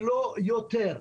אין יותר.